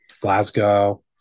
Glasgow